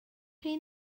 chi